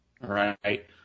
Right